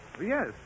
Yes